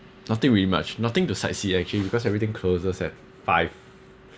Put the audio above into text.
nothing really much nothing to sightsee actually because everything closes at five